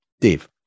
Dave